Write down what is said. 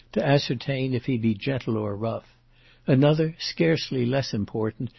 to ascertain if he be gentle or rough another, scarcely less important,